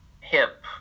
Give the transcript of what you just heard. hip